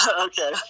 Okay